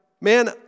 man